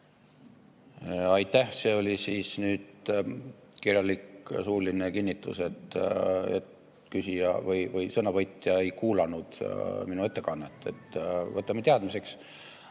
Aitäh! See oli siis nüüd kirjalik ja suuline kinnitus, et küsija või sõnavõtja ei kuulanud minu ettekannet. Võtame teadmiseks!